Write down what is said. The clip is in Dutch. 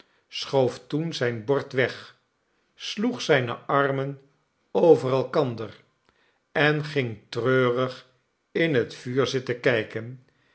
schoof toen zijn bord weg sloeg zijne armen over elkander en ging treurig in het vuur zitten kijken